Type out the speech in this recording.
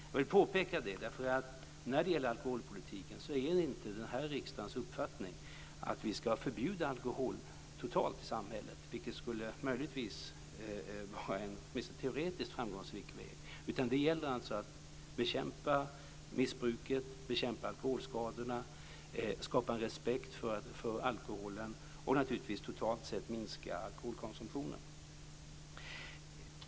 Jag vill påpeka det. Det är inte den här riksdagens uppfattning att vi ska förbjuda alkohol totalt i samhället. Det skulle möjligen, åtminstone teoretiskt, vara en framgångsrik väg. Det gäller alltså att bekämpa missbruket, bekämpa alkoholskadorna, skapa en respekt för alkoholen och totalt sett minska alkoholkonsumtionen.